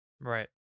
Right